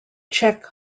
czech